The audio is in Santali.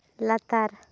ᱞᱟᱛᱟᱨ